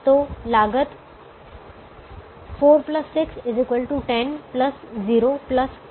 तो लागत 4 6 10 0 6 16 है